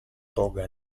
toga